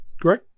great